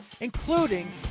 including